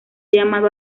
llamado